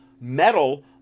metal